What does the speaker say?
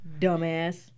Dumbass